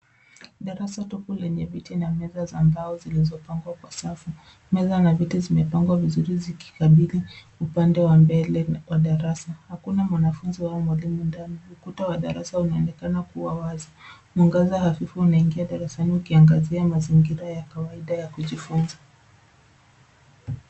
Darasa tupu lenye viti, na meza za mbao zilizopangwa kwa safu, meza na viti zimepangwa vizuri zikikabili upande wa mbele wa darasa, hakuna mwanafunzi, au mwalimu ndani, ukuta wa darasa unaonekana kuwa wazi, mwangaza hafifu unaingia darasani ukiangazia mazingira ya kawaida ya kujifunza.